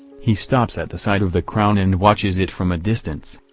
he stops at the sight of the crown and watches it from a distance.